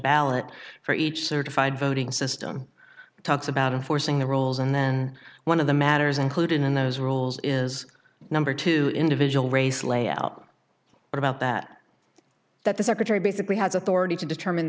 ballot for each certified voting system talks about enforcing the rules and then one of the matters included in those rules is number two individual race layout or about that that the secretary basically has authority to determine